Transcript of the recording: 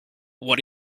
what